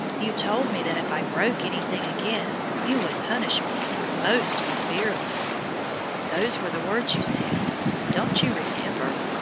you told me that if i broke anything again you would punish me most severely those were the words you said don't you remember?